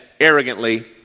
arrogantly